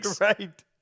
right